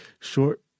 short